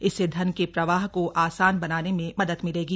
इससे धन के प्रवाह को आसान बनाने में मदद मिलेगी